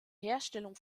herstellung